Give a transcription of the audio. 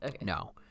No